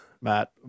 Matt